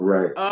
Right